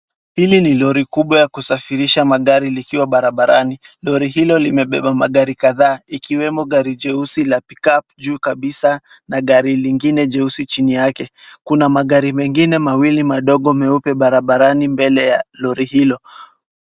Hili ni lori kubwa la kusafirisha magari likiwa barabarani. Lori hilo limebeba magari kadhaa ikiwemo gari jeusi la pickup juu kabisa na gari lingine jeusi chini yake, Kuna magari mengine mawili madogo meupe barabarani mbele ya lori hilo.